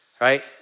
right